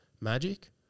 magic